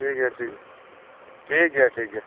ᱴᱷᱤᱠ ᱜᱮᱭᱟ ᱴᱷᱤᱠ ᱜᱮᱭᱟ ᱴᱷᱤᱠ ᱜᱮᱭᱟ ᱴᱷᱤᱠ ᱜᱮᱭᱟ